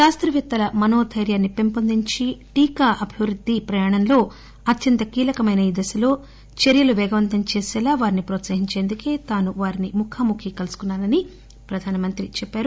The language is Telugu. శాస్త వేత్తల మనో దైర్యాన్ని పెంపొందించి టీకా అభివృద్ది ప్రయాణంలో అత్యంత కీలకమైన ఈ దశలో వారి చర్యలు పేగవంతం చేసీలా ప్రోత్పహించేందుకే తాను వారిని ముఖాముఖీ కలుసుకున్నా నని ప్రధాన మంత్రి చెప్పారు